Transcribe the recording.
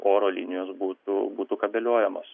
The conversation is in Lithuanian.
oro linijos būtų būtų kabeliuojamos